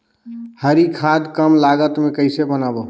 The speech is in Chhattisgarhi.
हरी खाद कम लागत मे कइसे बनाबो?